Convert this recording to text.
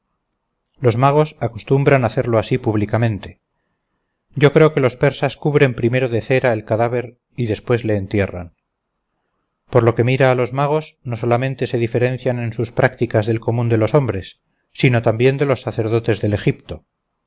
los magos acostumbran hacerlo así públicamente yo creo que los persas cubren primero de cera el cadáver y después le entierran por lo que mira a los magos no solamente se diferencian en sus prácticas del común de los hombres sino también de los sacerdotes del egipto